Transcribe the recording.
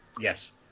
Yes